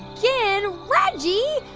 yeah and reggie,